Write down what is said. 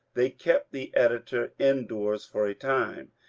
they kept the editor in doors for a time,